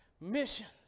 Missions